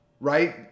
right